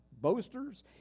boasters